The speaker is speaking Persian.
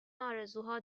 ارزوها